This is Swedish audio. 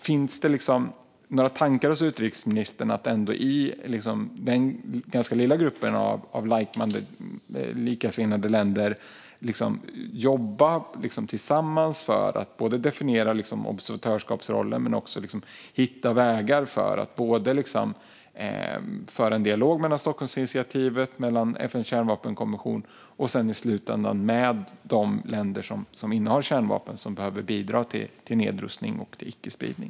Finns det några tankar hos utrikesministern på att ändå i den ganska lilla gruppen av likasinnade länder jobba tillsammans för att både definiera observatörsrollen och hitta vägar för att föra en dialog mellan Stockholmsinitiativet, FN:s kärnvapenkonvention och i slutändan de länder som innehar kärnvapen och som behöver bidra till nedrustning och icke-spridning?